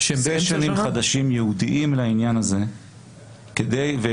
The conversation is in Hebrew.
סשנים חדשים ייעודיים לעניין הזה והבאנו